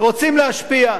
רוצים להשפיע.